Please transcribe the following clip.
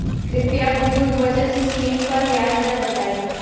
कृपया बुजुर्ग बचत स्किम पर ब्याज दर बताई